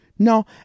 No